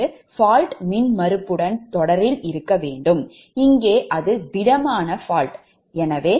V40 fault மின்மறுப்புடன் தொடரில் இருக்க வேண்டும் இங்கே அது திடமான fault Zf 0 அங்கு